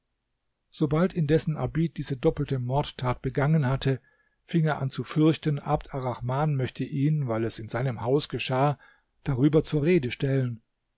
sobald indessen abid diese doppelte mordtat begangen hatte fing er an zu fürchten abd arrahman möchte ihn weil es in seinem haus geschah darüber zur rede stellen